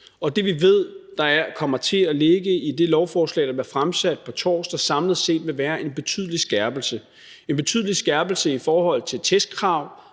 og det, vi ved der kommer til at ligge i det lovforslag, der bliver fremsat på torsdag, samlet set vil være en betydelig skærpelse – en betydelig skærpelse i forhold til testkrav